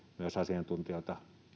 myös asiantuntijoita